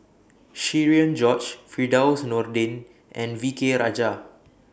Cherian George Firdaus Nordin and V K Rajah